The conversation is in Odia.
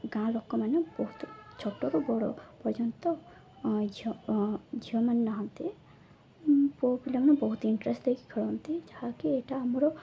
ଗାଁ ଲୋକମାନେ ବହୁତ ଛୋଟରୁ ବଡ଼ ପର୍ଯ୍ୟନ୍ତ ଝିଅ ଝିଅମାନେ ନାହାନ୍ତି ପୁଅ ପିଲାମାନେ ବହୁତ ଇଣ୍ଟରେଷ୍ଟ ଦେଇକି ଖେଳନ୍ତି ଯାହାକି ଏଇଟା ଆମର